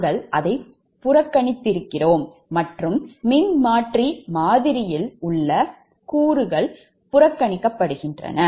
நாங்கள் புறக்கணித்திருக்கிறோம் மற்றும் மின்மாற்றி மாதிரியில் உள்ள கூறுகள் புறக்கணிக்கப்படுகின்றன